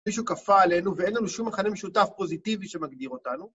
מישהו כפה עלינו, ואין לנו שום מכנה משותף פוזיטיבי שמגדיר אותנו.